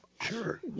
Sure